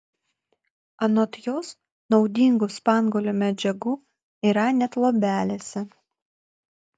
anot jos naudingų spanguolių medžiagų yra net luobelėse